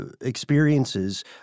experiences